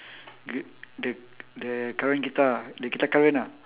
the the the current guitar ah the guitar current ah